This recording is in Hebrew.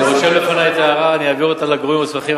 אני רושם לפני את ההערה ואעביר אותה לגורמים המוסמכים.